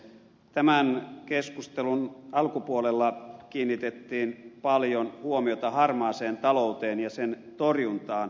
tämän keskustelun alkupuolella kiinnitettiin paljon huomiota harmaaseen talouteen ja sen torjuntaan